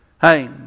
Hey